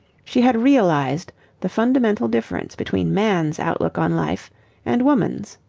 she had realized the fundamental difference between man's outlook on life and woman's.